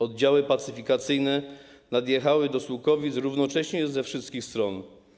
Oddziały pacyfikacyjne nadjechały do Sułkowic równocześnie ze wszystkich stron.